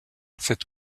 cette